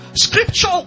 scripture